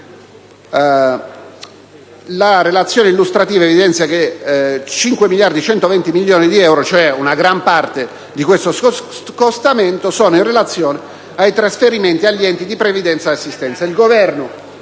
La relazione illustrativa evidenzia che 5.120 milioni di euro, cioè una gran parte di questo scostamento, sono in relazione ai trasferimenti agli enti di previdenza e assistenza.